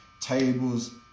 Tables